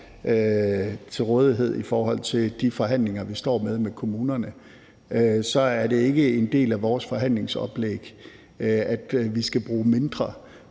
til rådighed i forhold til de forhandlinger, vi står i med kommunerne, så er svaret, at det ikke er en del af vores forhandlingsoplæg, at vi skal bruge mindre